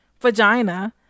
Vagina